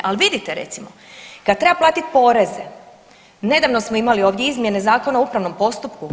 Ali vidite recimo kad treba platiti poreze, nedavno smo imali ovdje izmjene Zakona o upravnom postupku.